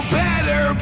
better